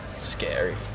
scary